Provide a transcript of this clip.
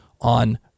on